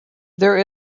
there